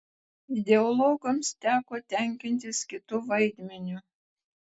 ideologams teko tenkintis kitu vaidmeniu